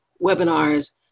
webinars